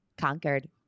conquered